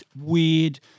weird